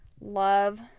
Love